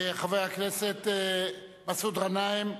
חבר הכנסת מסעוד גנאים,